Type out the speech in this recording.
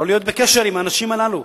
לא להיות בקשר עם האנשים הללו.